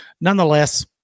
nonetheless